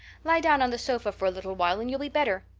lie down on the sofa for a little while and you'll be better.